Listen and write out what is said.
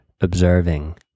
observing